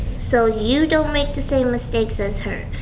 so you don't make the same mistakes as her.